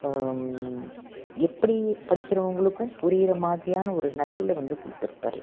எப்படி படிக்கிறவர்களுக்கும் புரிகிற மாதிரியான ஒரு நடையில் வந்து கொடுத்துருப்பாரு